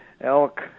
elk